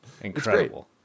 incredible